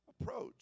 approach